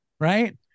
right